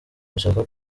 bashaka